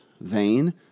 vain